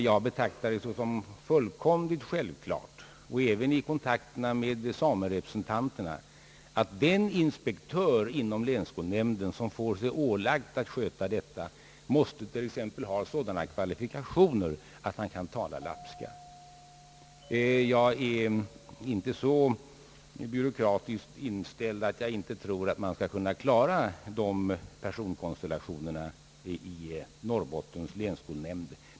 Jag har betraktat det som fullkomligt självklart, även vid kontakterna med samerepresentanterna, att den inspektör inom länsskolnämnden, som får sig ålagt att sköta detta arbete, måste bl.a. ha den kvalifikationen att han kan tala lappska. Jag är inte så byråkratiskt inställd, att jag inte tror att man skall kunna klara de personkonstellationerna i Norrbottens länsskolnämnder.